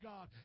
God